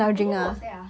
actually who was there ah